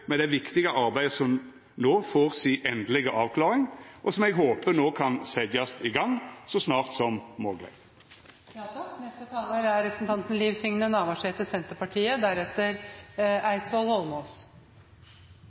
med det viktige arbeidet som no får ei endeleg avklaring, og som eg håpar no kan setjast i gang så snart som mogleg. Førdepakken er